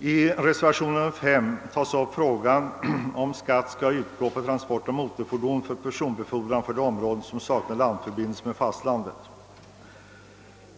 I reservationen 5 behandlas frågan huruvida skatt skall utgå på transport av motorfordon för personbefordran till och från områden som saknar landförbindelse med fastlandet.